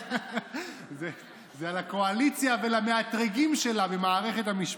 זה על הקואליציה ועל המאתרגים שלה במערכת המשפט.